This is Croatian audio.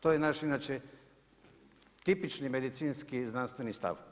To je naš inače tipični medicinski znanstveni stav.